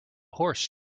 horse